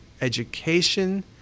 education